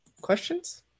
questions